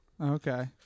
Okay